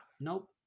Nope